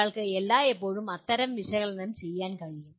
ഒരാൾക്ക് എല്ലായ്പ്പോഴും അത്തരം വിശകലനം ചെയ്യാൻ കഴിയും